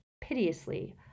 piteously